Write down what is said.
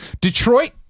Detroit